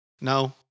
No